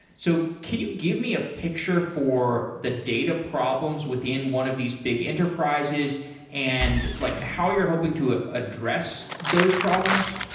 so can you give me a picture for the data problems within one of these big enterprises and like how you're hoping to ah address those problems?